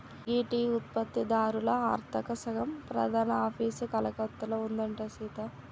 గీ టీ ఉత్పత్తి దారుల అర్తక సంగం ప్రధాన ఆఫీసు కలకత్తాలో ఉందంట సీత